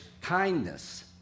kindness